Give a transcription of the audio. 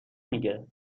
میگه